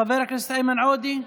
חבר הכנסת איימן עודה,